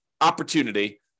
opportunity